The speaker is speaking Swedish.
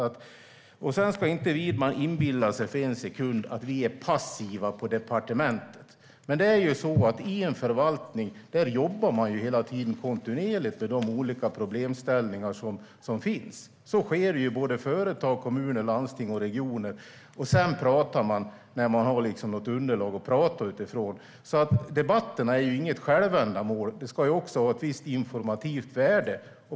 Widman ska inte för en sekund inbilla sig att vi är passiva på departementet. I en förvaltning jobbar man hela tiden kontinuerligt med de olika problemställningar som finns. Så sker i företag, kommuner, landsting och regioner. Sedan pratar man när man har något underlag att prata utifrån. Debatterna är inget självändamål. De ska också ha ett visst informativt värde.